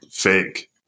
fake